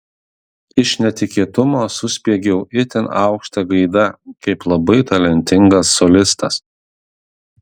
iš netikėtumo suspiegiau itin aukšta gaida kaip labai talentingas solistas